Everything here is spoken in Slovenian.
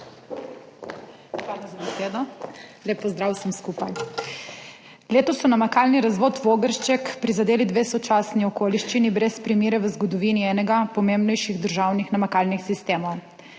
Hvala za besedo. Lep pozdrav vsem skupaj! Letos sta namakalni razvod Vogršček prizadeli dve sočasni okoliščini brez primere v zgodovini enega pomembnejših državnih namakalnih sistemov.